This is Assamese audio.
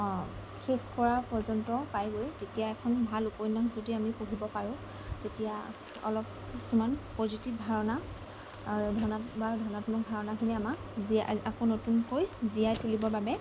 শেষ কৰা পৰ্যন্ত পায়গৈ তেতিয়া এখন ভাল উপন্যাস যদি আমি পঢ়িব পাৰোঁ তেতিয়া অলপ কিছুমান পজিটিভ ধাৰণা আৰু ধনা বা ধনাত্মক ধাৰণাখিনিয়ে আমাক জীয়াই আকৌ নতুনকৈ জীয়াই তুলিবৰ বাবে